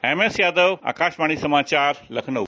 MS Yadav Akashvani समाचार लखनऊ